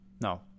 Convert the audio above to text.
No